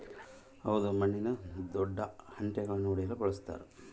roller ಒಂದು ಕೃಷಿ ಸಾಧನವಾಗಿದ್ದು ಭೂಮಿ ಚಪ್ಪಟೆಗೊಳಿಸಾಕ ಅಥವಾ ಮಣ್ಣಿನ ದೊಡ್ಡ ಹೆಂಟೆಳನ್ನು ಒಡೆಯಲು ಬಳಸತಾರ